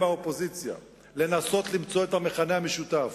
האופוזיציה ולנסות למצוא את המכנה המשותף,